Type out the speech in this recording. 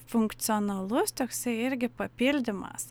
funkcionalus toksai irgi papildymas